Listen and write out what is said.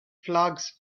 flags